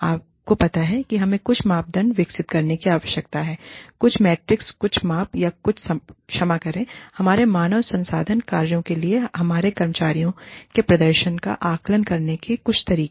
आपको पता है कि हमें कुछ मापदंड विकसित करने की आवश्यकता है कुछ मेट्रिक्स कुछ माप या कुछ क्षमा करें हमारे मानव संसाधन कार्यों के लिए हमारे कर्मचारियों के प्रदर्शन का आकलन करने के कुछ तरीके